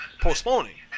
postponing